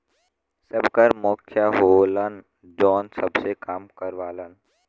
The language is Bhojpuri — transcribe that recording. सबकर मुखिया होलन जौन सबसे काम करावलन